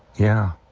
yeah,